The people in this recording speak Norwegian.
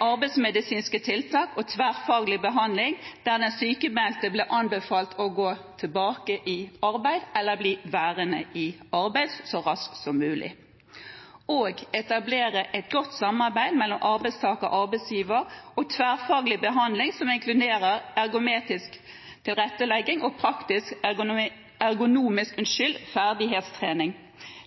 arbeidsmedisinske tiltak og tverrfaglig behandling, der den sykemeldte ble anbefalt å gå tilbake i arbeid så raskt som mulig, eller å bli værende i arbeid, og etablere et godt samarbeid mellom arbeidstaker, arbeidsgiver og tverrfaglig behandling som inkluderer ergonomisk tilrettelegging og praktisk ergonomisk ferdighetstrening.